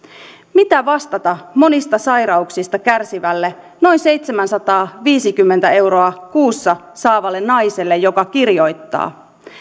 mitä vastata monista sairauksista kärsivälle noin seitsemänsataaviisikymmentä euroa kuussa saavalle naiselle joka kirjoittaa